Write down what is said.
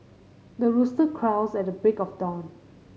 the rooster crows at the break of dawn